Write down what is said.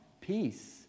peace